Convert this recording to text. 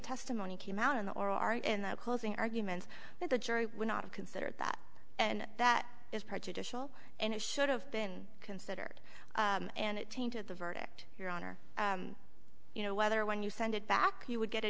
testimony came out in or are in the closing arguments that the jury would not consider that and that is prejudicial and it should have been considered and it tainted the verdict your honor you know whether when you send it back you would get a